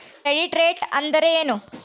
Credit rate ಅಂದರೆ ಏನು?